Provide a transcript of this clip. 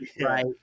right